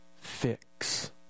fix